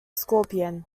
scorpion